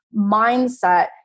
mindset